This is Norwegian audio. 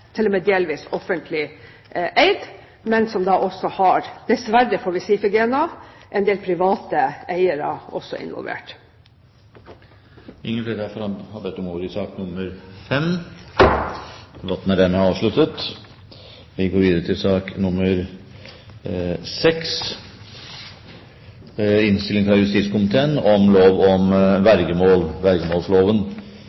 delvis – offentlig eid, men som da også har – dessverre, får vi si for GENA – en del private eiere involvert. Flere har ikke bedt om ordet til sak